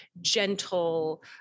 gentle